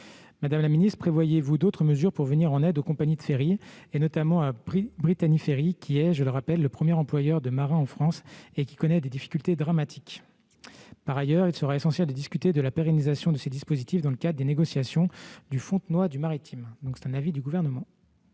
Madame la secrétaire d'État, prévoyez-vous d'autres mesures pour venir en aide aux compagnies de ferries, notamment à Brittany Ferries, qui est, je le rappelle, le premier employeur de marins en France et qui connaît des difficultés dramatiques ? Il sera également nécessaire de débattre de la pérennisation de ces dispositifs dans le cadre des négociations du Fontenoy du maritime. Quel est l'avis du Gouvernement